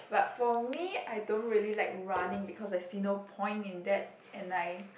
but for me I don't really like running because I see no point in that and I